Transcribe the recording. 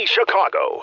Chicago